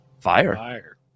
Fire